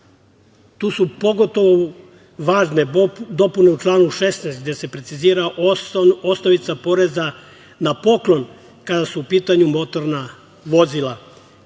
Tu su pogotovo važne dopune u članu 16, gde se precizira osnovica poreza na poklon kada su u pitanju motorna vozila,